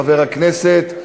חבר הכנסת.